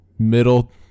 middle